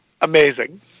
Amazing